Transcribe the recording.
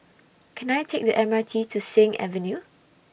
Can I Take The M R T to Sing Avenue